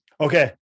Okay